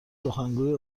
سخنگوی